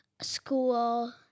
school